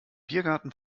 biergarten